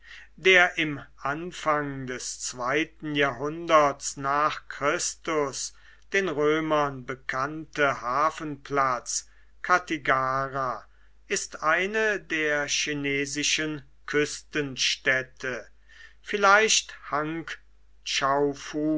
der im anfang des zweiten jahrhunderts n chr den römern bekannte hafenplatz kattigara ist eine der chinesischen küstenstädte vielleicht